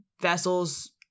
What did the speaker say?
vessels